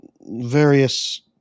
various